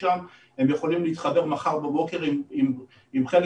הם יכולים להתחבר מחר בבוקר אם חלק